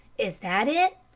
is that it?